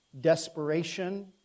Desperation